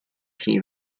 chi